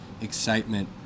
excitement